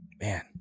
Man